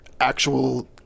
actual